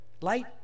light